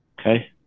Okay